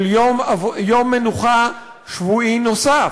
של יום מנוחה שבועי נוסף.